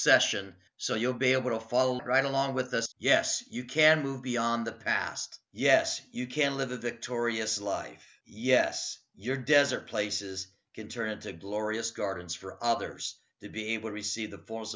session so you'll be able to follow right along with us yes you can move beyond the past yes you can live a victorious life yes your desert places can turn into glorious gardens for others to be able to receive the for